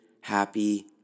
happy